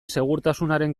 segurtasunaren